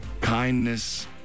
kindness